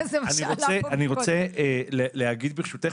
אני רוצה להגיד ברשותך,